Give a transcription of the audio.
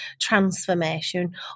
transformation